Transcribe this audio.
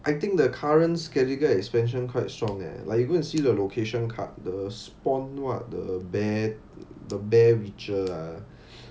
I think the current scatiger expansion quite strong leh like you go and see the location card the spawn [what] the bare the bare witcher lah